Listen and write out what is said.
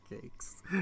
Cakes